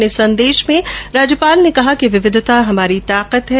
अपने संदेश में राज्यपाल ने कहा कि विविधता हमारी ताकत है